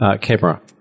camera